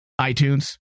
iTunes